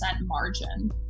margin